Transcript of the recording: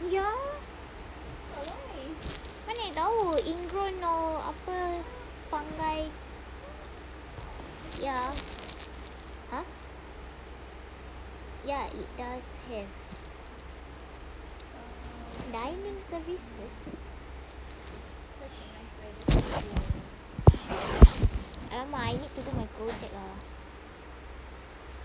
ya mana I tahu ingrown or apa fungi ya !huh! ya it does have dining services !alamak! I need to book my Gojek ah